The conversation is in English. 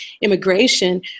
immigration